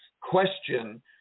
question